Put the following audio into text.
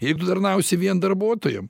jeigu tarnausi vien darbuotojam